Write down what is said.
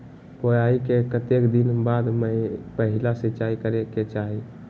बोआई के कतेक दिन बाद पहिला सिंचाई करे के चाही?